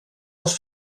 els